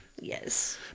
Yes